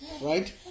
right